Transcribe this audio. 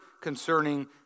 concerning